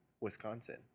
Wisconsin